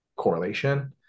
correlation